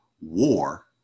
war